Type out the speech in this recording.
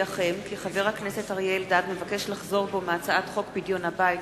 קובע שדין רציפות יחול על חוק גנים לאומיים,